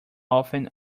often